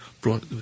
brought